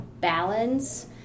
balance